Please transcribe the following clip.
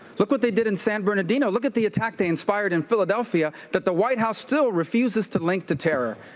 look what they did in san bernardino. look at the attack they inspired in philadelphia, that the white house still refuses to link to terror,